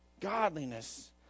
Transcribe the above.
godliness